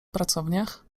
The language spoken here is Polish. pracowniach